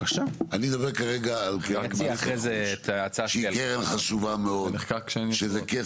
אני מדבר כרגע על קרן מס רכוש שהיא קרן חשובה מאוד ויש שם הרבה